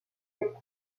sept